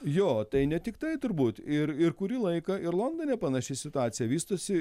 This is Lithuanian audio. jo tai ne tiktai turbūt ir ir kurį laiką ir londone panaši situacija vystosi